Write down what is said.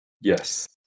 Yes